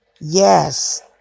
Yes